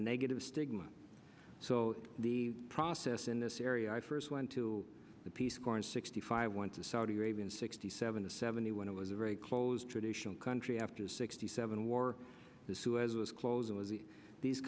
negative stigma so the process in this area i first went to the peace corps in sixty five went to saudi arabia sixty seven to seventy one it was a very close traditional country after sixty seven war the suez was closing as the these